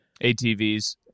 ATVs